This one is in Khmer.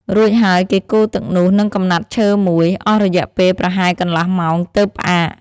រួចហើយគេកូរទឹកនោះនឹងកំណាត់ឈើមួយ អស់រយៈពេលប្រហែលកន្លះម៉ោងទើបផ្អាក។